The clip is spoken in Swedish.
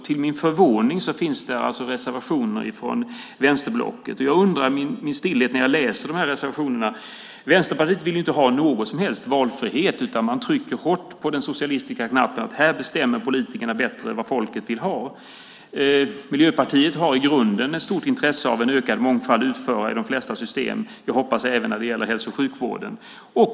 Till min förvåning finns det reservationer från vänsterblocket, och jag undrar i stillhet när jag läser reservationerna. Vänsterpartiet vill inte ha någon som helst valfrihet, utan man trycker hårt på den socialistiska knappen och säger att här bestämmer politikerna bättre vad folket vill ha. Miljöpartiet har i grunden ett stort intresse för en ökad mångfald vad gäller utförare i de flesta system - jag hoppas även inom hälso och sjukvården.